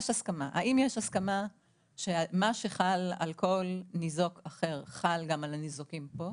האם יש הסכמה שמה שחל על כל ניזוק אחר חל גם על הניזוקים פה?